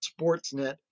Sportsnet